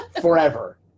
Forever